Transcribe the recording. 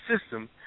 system